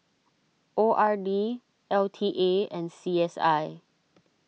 O R D L T A and C S I